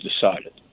decided